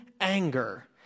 anger